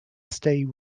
stay